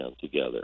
together